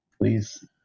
please